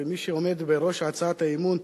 ומי שעומד בראש הצעת האי-אמון,